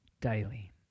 Daily